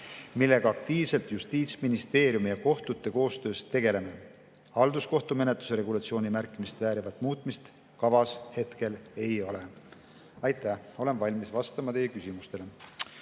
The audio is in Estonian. millega Justiitsministeeriumi ja kohtute koostöös aktiivselt tegeleme. Halduskohtumenetluse regulatsiooni märkimist väärivat muutmist kavas hetkel ei ole. Aitäh! Olen valmis vastama teie küsimustele.